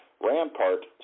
Rampart